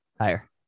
Higher